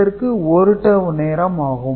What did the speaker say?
இதற்கு 1 டவூ நேரம் ஆகும்